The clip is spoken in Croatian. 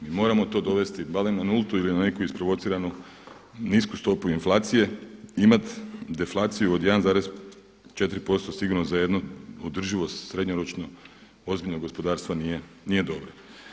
Mi moramo to dovesti barem na nultu ili neku isprovociranu nisku stopu inflacije imat deflaciju od 1,4% sigurno za jednu održivost srednjoročno ozbiljnog gospodarstva nije dobra.